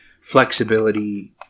flexibility